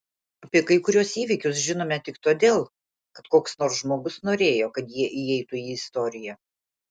apie kai kuriuos įvykius žinome tik todėl kad koks nors žmogus norėjo kad jie įeitų į istoriją